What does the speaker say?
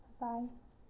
bye